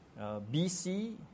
BC